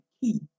key